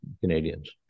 Canadians